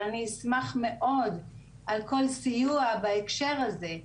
ואני אשמח מאוד על כל סיוע בהקשר הזה.